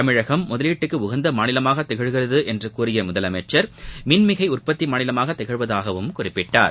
தமிழகம் முதலீட்டுக்கு உகந்த மாநிலமாக திகழ்கிறது என்று கூறிய முதலமைச்சர் மின்மிகை உற்பத்தி மாநிலமாக திகழ்வதாகவும் முதலமைச்சர் குறிப்பிட்டார்